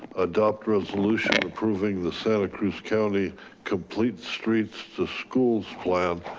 adopt resolution approving the santa cruz county complete streets to schools plan.